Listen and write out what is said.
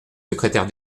secrétaire